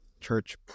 church